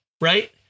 Right